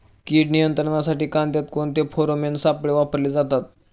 कीड नियंत्रणासाठी कांद्यात कोणते फेरोमोन सापळे वापरले जातात?